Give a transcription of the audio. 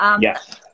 Yes